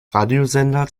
radiosender